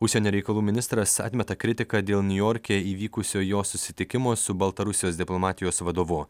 užsienio reikalų ministras atmeta kritiką dėl niujorke įvykusio jo susitikimo su baltarusijos diplomatijos vadovu